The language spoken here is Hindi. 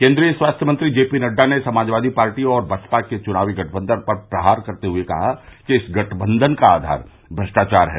केन्द्रीय स्वास्थ्य मंत्री जे पी नड्डा ने समाजवादी पार्टी और बसपा के चुनावी गठबंधन पर प्रहार करते हुए कहा है कि इस गठबंधन का आधार भ्रष्टाचार है